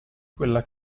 quella